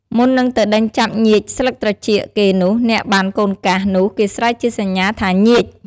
មុននឹងទៅដេញចាប់ញៀចស្លឹកត្រចៀកគេនោះ អ្នកបាន "កូនកាស" នោះគេស្រែកជាសញ្ញាថា "ញៀច!"។